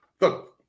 look